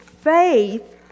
faith